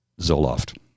Zoloft